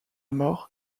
mort